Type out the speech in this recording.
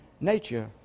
nature